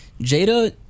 Jada